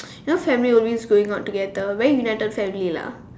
you know family always going out together very united family lah